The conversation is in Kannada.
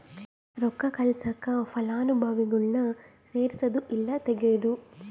ರೊಕ್ಕ ಕಳ್ಸಾಕ ಫಲಾನುಭವಿಗುಳ್ನ ಸೇರ್ಸದು ಇಲ್ಲಾ ತೆಗೇದು